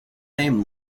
name